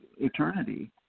eternity